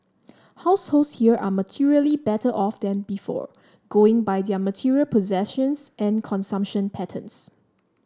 households here are materially better off than before going by their material possessions and consumption patterns